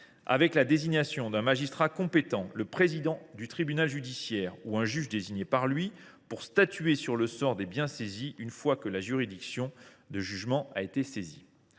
que soit désigné un magistrat compétent, à savoir le président du tribunal judiciaire ou un juge désigné par lui, pour statuer sur le sort des biens saisis une fois que la juridiction de jugement a été saisie.